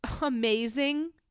amazing